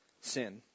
sin